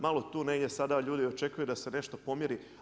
Malo tu negdje sada ljudi očekuju da se nešto pomjeri.